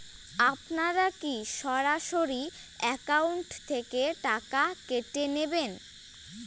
আপনারা কী সরাসরি একাউন্ট থেকে টাকা কেটে নেবেন?